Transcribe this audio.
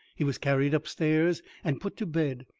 he was carried up-stairs and put to bed,